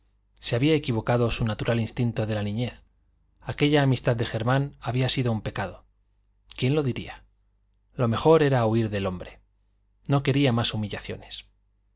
se había equivocado su natural instinto de la niñez aquella amistad de germán había sido un pecado quién lo diría lo mejor era huir del hombre no quería más humillaciones